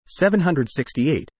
768